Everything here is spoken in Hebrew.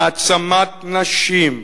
העצמת נשים,